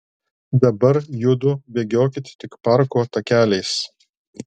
dabar judu bėgiokit tik parko takeliais